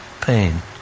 pain